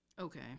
Okay